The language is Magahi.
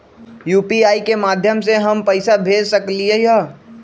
यू.पी.आई के माध्यम से हम पैसा भेज सकलियै ह?